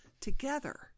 together